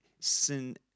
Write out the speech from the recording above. Sin